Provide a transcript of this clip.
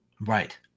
Right